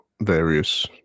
various